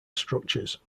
structures